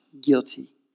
guilty